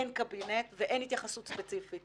אין קבינט ואין התייחסות ספציפית.